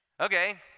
Okay